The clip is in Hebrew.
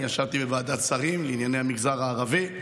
ישבתי בוועדת שרים לענייני המגזר הערבי,